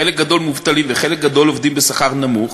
חלק גדול מובטלים וחלק גדול עובדים בשכר נמוך,